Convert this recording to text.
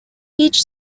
each